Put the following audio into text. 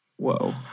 Whoa